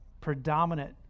predominant